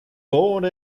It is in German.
wohnt